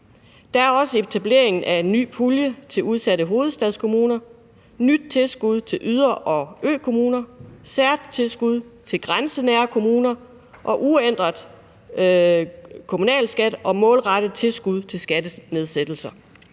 Der er også etableringen af en ny pulje til udsatte hovedstadskommuner, et nyt tilskud til yder- og økommuner, et særtilskud til grænsenære kommuner og uændret kommunal skat og målrettet tilskud til skattenedsættelser.